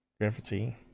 gravity